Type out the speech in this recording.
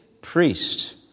priest